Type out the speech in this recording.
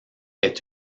est